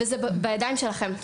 זה בידיים שלכם.